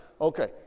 Okay